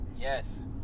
Yes